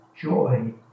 joy